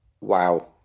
wow